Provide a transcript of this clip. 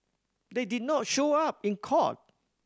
they did not show up in court